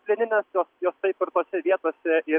plieninės jos jos taip ir tose vietose ir